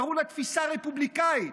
קראו לה "תפיסה רפובליקאית".